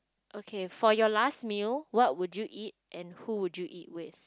okay for your last meal what would you eat and who would you eat with